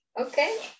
Okay